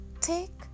Take